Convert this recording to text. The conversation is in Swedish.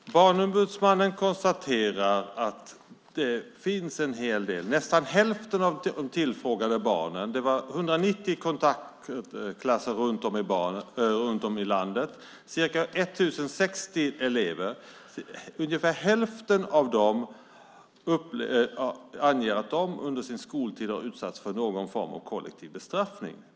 Herr talman! Barnombudsmannen konstaterar att det finns en hel del av detta. Det var 190 kontaktklasser runt om i landet och ca 1 060 elever som tillfrågades. Ungefär hälften av dem angav att de under sin skoltid hade utsatts för någon form av kollektiv bestraffning.